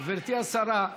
גברתי השרה,